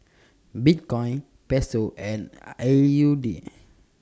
Bitcoin Peso and A U D